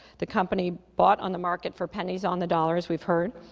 the company bought on the market for pennies on the dollars, we've heard,